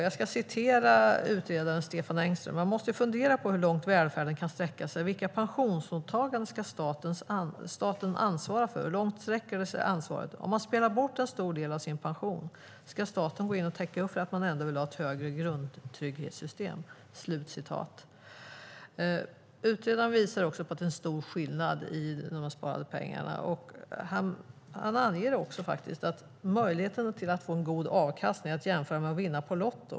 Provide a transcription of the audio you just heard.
Jag citerar utredaren Stefan Engström: "Man måste ju fundera på hur långt välfärden ska sträcka sig. Vilka pensionsåtaganden ska staten ansvara för, och hur långt sträcker sig det ansvaret? Om man spelat bort en stor del av sin pension, ska staten gå in och täcka upp för att man ändå vill ha en högre grundtrygghet?" Utredaren visar också på att det finns stora skillnader i de sparade pengarna och anger att möjligheten att få en god avkastning är att jämföra med att vinna på lotto.